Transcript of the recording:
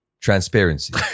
transparency